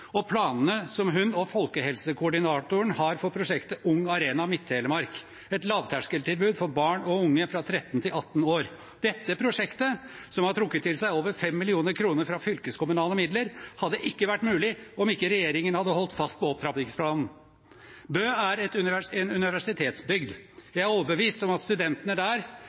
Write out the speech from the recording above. planene som hun og folkehelsekoordinatoren har for prosjektet Ung Arena Midt-Telemark, et lavterskeltilbud for barn og unge fra 13 til 18 år. Dette prosjektet, som har trukket til seg over 5 mill. kr fra fylkeskommunale midler, hadde ikke vært mulig om ikke regjeringen hadde holdt fast på opptrappingsplanen. Bø er en universitetsbygd. Jeg er overbevist om at studentene der